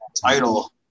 title